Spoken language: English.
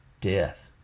death